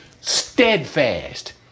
steadfast